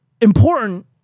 important